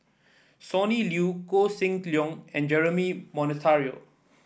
Sonny Liew Koh Seng Leong and Jeremy Monteiro